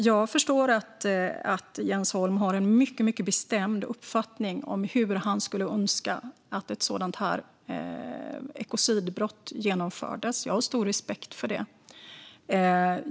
Jag förstår att Jens Holm har en mycket bestämd uppfattning om hur han skulle önska att brottsrubriceringen ekocidbrott infördes. Jag har stor respekt för det.